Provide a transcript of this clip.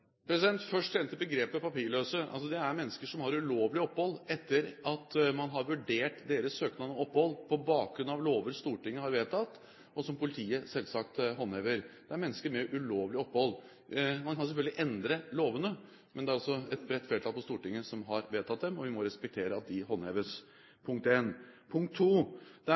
Først til dette begrepet «papirløse»: Det er mennesker som har ulovlig opphold etter at man har vurdert deres søknad om opphold på bakgrunn av lover Stortinget har vedtatt, og som politiet selvsagt håndhever. Det er mennesker med ulovlig opphold. Man kan selvfølgelig endre lovene, men det er også et bredt flertall på Stortinget som har vedtatt dem, og vi må respektere at de håndheves. Det var punkt én. Punkt to: